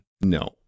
No